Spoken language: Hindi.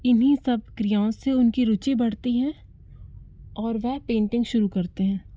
इन्हीं सब क्रियाओं से उनकी रुचि बढ़ती हैं और वह पेंटिंग शुरू करते हैं